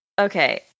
Okay